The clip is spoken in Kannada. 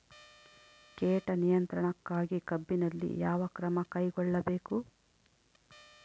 ಕೇಟ ನಿಯಂತ್ರಣಕ್ಕಾಗಿ ಕಬ್ಬಿನಲ್ಲಿ ಯಾವ ಕ್ರಮ ಕೈಗೊಳ್ಳಬೇಕು?